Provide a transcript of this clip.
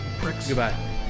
Goodbye